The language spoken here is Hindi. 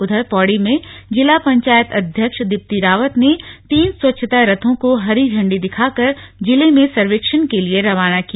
उधर पौड़ी में जिला पंचायत अध्यक्ष दीप्ति रावत ने तीन स्वच्छता रथों को हरी झण्डी दिखाकर जिले में सर्वेक्षण के लिए रवाना किया